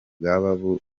bwaba